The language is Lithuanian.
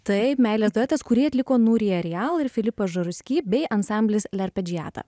taip meilės duetas kurį atliko nuri arijal ir filipas žaruski bei ansamblis lerpedžiata